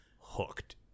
hooked